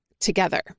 together